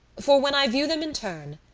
for when i view them in turn,